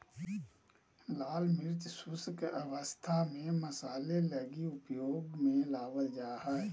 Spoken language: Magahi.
लाल मिर्च शुष्क अवस्था में मसाले लगी उपयोग में लाबल जा हइ